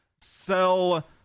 sell